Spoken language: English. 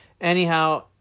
Anyhow